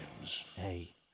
Hey